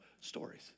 Stories